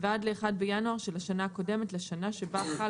ועד ל-1 בינואר של השנה הקודמת לשנה שבה חל